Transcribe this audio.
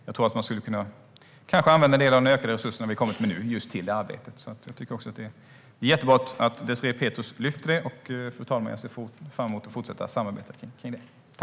Jag tror att man skulle kunna använda en del av de ökade resurser vi har kommit med nu till just detta arbete. Det är jättebra att Désirée Pethrus tar upp det, fru talman, och jag ser fram emot att fortsätta samarbetet kring det.